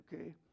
okay